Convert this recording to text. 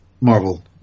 Marvel